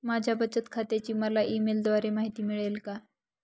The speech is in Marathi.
माझ्या बचत खात्याची मला ई मेलद्वारे माहिती मिळेल का?